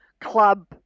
club